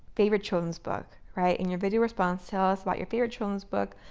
favorite children's book, right. in your video response, tell us about your favorite children's book.